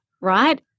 right